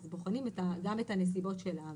בוחנים גם את הנסיבות שלה.